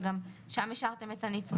שגם שם השארתם את הנצרך,